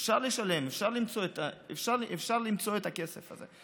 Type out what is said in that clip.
אפשר לשלם, אפשר למצוא את הכסף הזה.